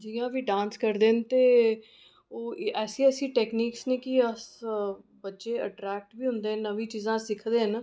जि'यां फ्ही डांस करदे न ते ओह् ऐसी ऐसी टैक्नीकां न कि अस बच्चे अट्रैक्ट बी होंदे न नमीं चीजां सिक्खदे न